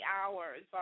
hours